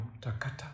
Takata